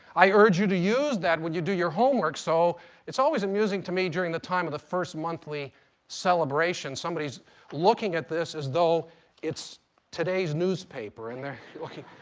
i urge you to use that when you do your homework. so it's always amusing to me during the time of the first monthly celebration, somebody's looking at this as though it's today's newspaper and they're looking,